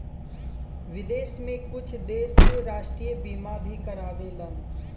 विदेश में कुछ देश राष्ट्रीय बीमा भी कारावेलन